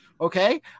Okay